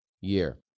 year